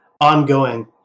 ongoing